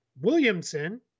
Williamson